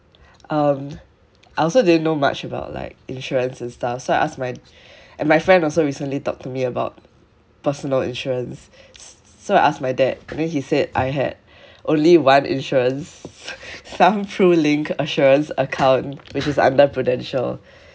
um I also didn't know much about like insurance and stuff so I ask my and my friend also recently talked to me about personal insurance so I asked my dad then he said I had only one insurance some PRUlink assurance account which is under Prudential